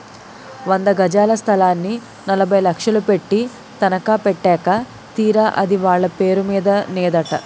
వంద గజాల స్థలాన్ని నలభై లక్షలు పెట్టి తనఖా పెట్టాక తీరా అది వాళ్ళ పేరు మీద నేదట